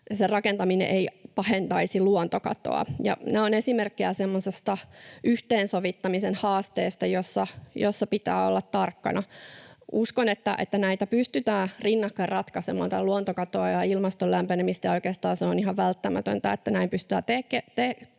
se rakentaminen ei pahentaisi luontokatoa. Nämä ovat esimerkkejä semmoisesta yhteensovittamisen haasteesta, jossa pitää olla tarkkana. Uskon, että näitä pystytään rinnakkain ratkaisemaan, tätä luontokatoa ja ilmaston lämpenemistä, ja oikeastaan